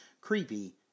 Creepy